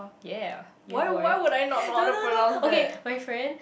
ya ya boy no no no okay my friend